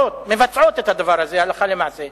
שמבצעות את הדבר הזה הלכה למעשה.